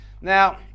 Now